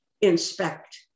inspect